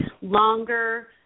longer